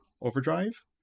overdrive